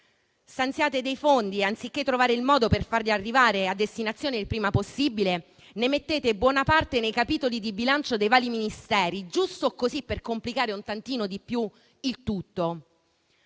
Stanziate dei fondi e, anziché trovare il modo per farli arrivare a destinazione il prima possibile, ne mettete buona parte nei capitoli di bilancio dei vari Ministeri, giusto così per complicare un tantino di più il tutto.